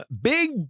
big